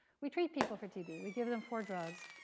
we treat people for tb. we give them four drugs.